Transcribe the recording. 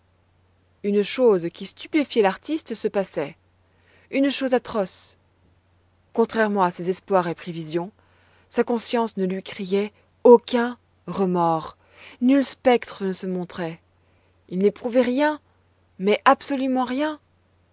une chose qui stupéfiait l'artiste se passait une chose atroce contrairement à ses espoirs et prévisions sa conscience ne lui criait aucun remords nul spectre ne se montrait il n'éprouvait rien mais absolument rien